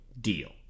deal